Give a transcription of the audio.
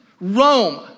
Rome